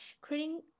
creating